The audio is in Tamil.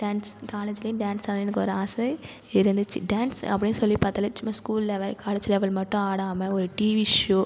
டான்ஸ் கால்லேஜ்லேயும் டான்ஸ் ஆட எனக்கு ஒரு ஆசை இருந்துச்சு டான்ஸ் அப்படினு சொல்லிப் பார்த்தாலே சும்மா ஸ்கூல் லெவல் கால்லேஜ் லெவல் மட்டும் ஆடாமல் ஒரு டிவி ஷோ